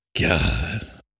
God